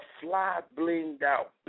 fly-blinged-out